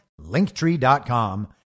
linktree.com